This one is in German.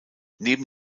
neben